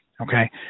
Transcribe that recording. okay